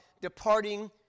departing